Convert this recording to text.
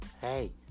hey